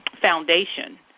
foundation